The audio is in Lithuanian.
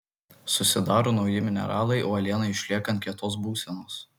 susidaro nauji mineralai uolienai išliekant kietos būsenos